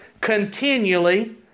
Continually